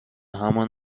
همان